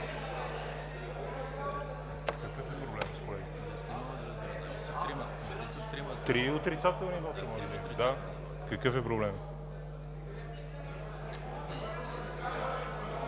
какъв е проблемът?